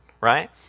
right